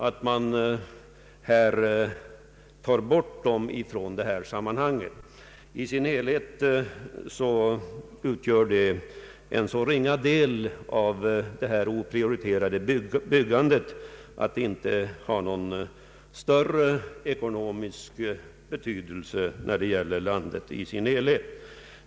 I sin helhet utgör dessa lokaler en så ringa del av det opiroriterade byggandet att de inte har någon större ekonomisk betydelse, när det gäller landet i dess helhet.